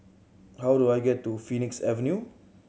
how do I get to Phoenix Avenue